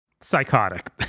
Psychotic